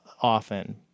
often